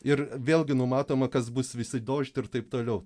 ir vėlgi numatoma kas bus visadožd ir taip toliau